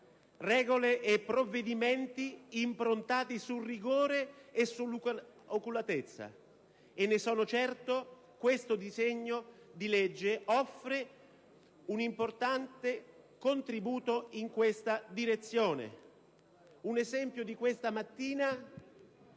regole e provvedimenti improntati al rigore e all'oculatezza e, ne sono certo, questo disegno di legge offre un importante contributo in questa direzione. Un esempio di questa mattina